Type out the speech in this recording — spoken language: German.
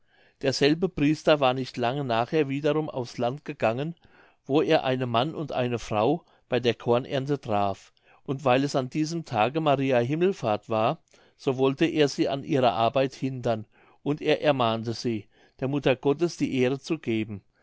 derselbe priester war nicht lange nachher wiederum aufs land gegangen wo er einen mann und eine frau bei der kornernte traf und weil es an diesem tage mariä himmelfahrt war so wollte er sie an ihrer arbeit hindern und er ermahnte sie der mutter gottes die ehre zu geben